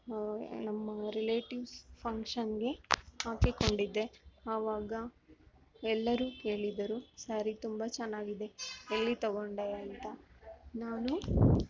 ನಮ್ಮ ರಿಲೇಟಿವ್ಸ್ ಫಂಕ್ಷನ್ಗೆ ಹಾಕಿಕೊಂಡಿದ್ದೆ ಆವಾಗ ಎಲ್ಲರೂ ಕೇಳಿದರು ಸ್ಯಾರಿ ತುಂಬ ಚೆನ್ನಾಗಿದೆ ಎಲ್ಲಿ ತಗೊಂಡೆ ಅಂತ ನಾನು